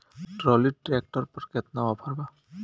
Trolley tractor पर केतना offer बा?